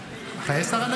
חיי שרה אנחנו.